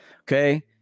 okay